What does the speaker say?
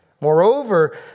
Moreover